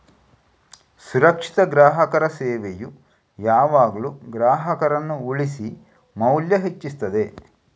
ಸುರಕ್ಷಿತ ಗ್ರಾಹಕರ ಸೇವೆಯು ಯಾವಾಗ್ಲೂ ಗ್ರಾಹಕರನ್ನ ಉಳಿಸಿ ಮೌಲ್ಯ ಹೆಚ್ಚಿಸ್ತದೆ